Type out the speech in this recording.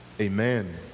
amen